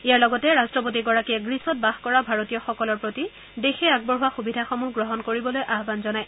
ইয়াৰ লগতে ৰাট্টপতিগৰাকীয়ে গ্ৰীচত বাস কৰা ভাৰতীয়সকলৰ প্ৰতি দেশে আগবঢ়োৱা সুবিধাসমূহ গ্ৰহণ কৰিবলৈ আহান জনায়